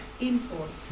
imports